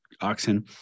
oxen